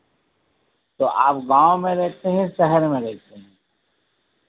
तो आप गाँव में रहते हैं शहर में रहते हैं